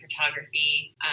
photography